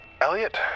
Elliot